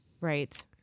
Right